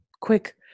quick